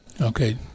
Okay